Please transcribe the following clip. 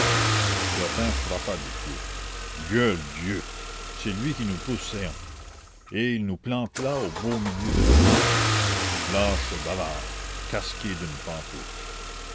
clopin frappa du pied gueule dieu c'est lui qui nous pousse céans et il nous plante là au beau milieu de la besogne lâche bavard casqué d'une pantoufle